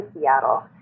Seattle